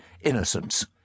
innocence